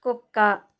కుక్క